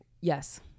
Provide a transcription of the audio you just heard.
Yes